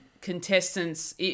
contestants